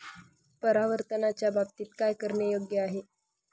परावर्तनाच्या बाबतीत काय करणे योग्य आहे